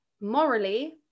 morally